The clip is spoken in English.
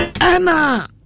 Anna